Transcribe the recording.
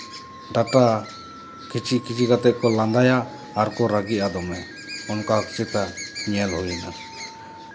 data ᱠᱷᱤᱪᱤ ᱠᱷᱤᱪᱤ ᱠᱟᱛᱮ ᱠᱚ ᱞᱟᱸᱫᱟᱭᱟ ᱟᱨ ᱠᱚ ᱨᱟᱹᱜᱤᱜᱼᱟ ᱫᱚᱢᱮ ᱚᱱᱠᱟ ᱪᱮᱛᱟ ᱧᱮᱞ ᱦᱩᱭᱱᱟ